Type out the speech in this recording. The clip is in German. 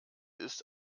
ist